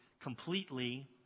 completely